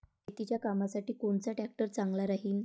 शेतीच्या कामासाठी कोनचा ट्रॅक्टर चांगला राहीन?